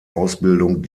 ausbildung